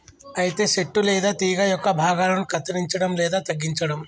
అయితే సెట్టు లేదా తీగ యొక్క భాగాలను కత్తిరంచడం లేదా తగ్గించడం